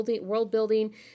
world-building